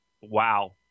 Wow